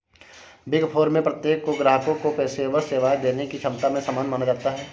big four में प्रत्येक को ग्राहकों को पेशेवर सेवाएं देने की क्षमता में समान माना जाता है